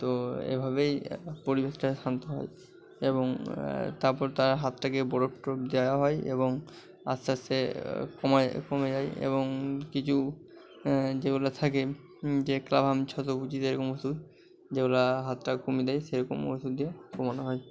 তো এভাবেই পরিবেশটা শান্ত হয় এবং তারপর তার হাতটাকে বরফ টরফ দেওয়া হয় এবং আস্তে আস্তে কমায় কমে যায় এবং কিছু যেগুলো থাকে যে এরকম ওষুধ যেগুলা হাতটা কমিয়ে দেয় সেরকম ওষুধ দিয়ে কমানো হয়